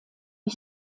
die